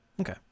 Okay